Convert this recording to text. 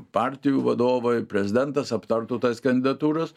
partijų vadovai prezidentas aptartų tas kandidatūras